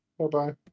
Bye-bye